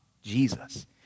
Jesus